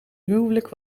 huwelijk